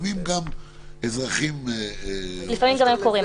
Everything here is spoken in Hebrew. לפעמים גם אזרחים --- לפעמים גם הם קוראים את החוק.